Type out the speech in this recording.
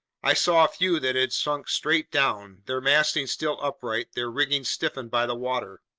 i saw a few that had sunk straight down, their masting still upright, their rigging stiffened by the water.